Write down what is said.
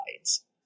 sides